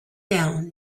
down